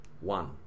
One